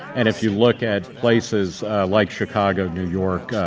and if you look at places like chicago, new york,